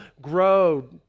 grow